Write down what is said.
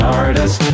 artist